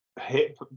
Hip